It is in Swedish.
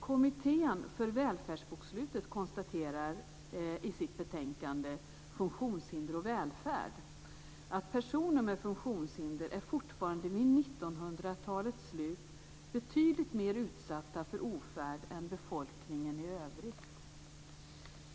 Kommittén för välfärdsbokslutet konstaterar i sitt betänkande Funktionshinder och välfärd att personer med funktionshinder fortfarande vid 1900-talets slut är betydligt mer utsatta för ofärd än befolkningen i övrigt.